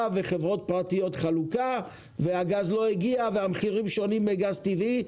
וחברות פרטיות יעשו חלוקה אבל הגז לא הגיע והמחירים שונים לגז טבעי.